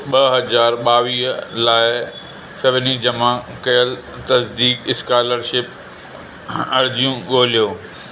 ॿ हज़ार ॿावीह लाइ सभिनी जमा कयल तजदीद स्कालरशिप अर्ज़ियूं ॻोल्हियो